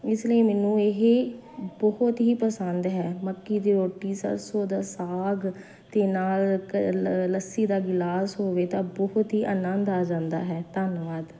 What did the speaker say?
ਇਸ ਲਈ ਮੈਨੂੰ ਇਹ ਬਹੁਤ ਹੀ ਪਸੰਦ ਹੈ ਮੱਕੀ ਦੀ ਰੋਟੀ ਸਰਸੋਂ ਦਾ ਸਾਗ ਅਤੇ ਨਾਲ ਲੱਸੀ ਦਾ ਗਿਲਾਸ ਹੋਵੇ ਤਾਂ ਬਹੁਤ ਹੀ ਆਨੰਦ ਆ ਜਾਂਦਾ ਹੈ ਧੰਨਵਾਦ